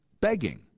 begging